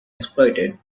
exploited